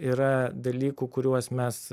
yra dalykų kuriuos mes